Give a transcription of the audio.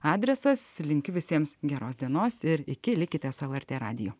adresas linkiu visiems geros dienos ir iki likite su lrt radiju